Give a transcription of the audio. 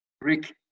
Rick